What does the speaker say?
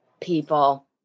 People